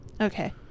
okay